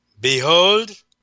Behold